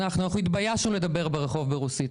אנחנו התביישנו לדבר ברחוב ברוסית,